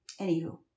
anywho